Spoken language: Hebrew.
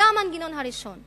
זה המנגנון הראשון.